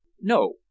No